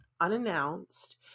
unannounced